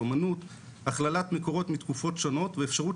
אמנות הכללת מקורות מתקופות שונות ואפשרות